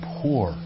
poor